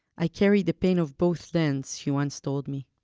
i carry the pain of both lands, she once told me